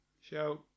Show